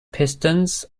pistons